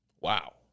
Wow